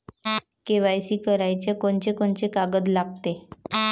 KYC कराच कोनचे कोनचे कागद लागते?